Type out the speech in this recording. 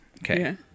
Okay